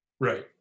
right